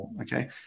Okay